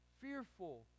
fearful